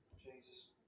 Jesus